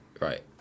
Right